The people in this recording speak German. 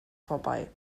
vorbei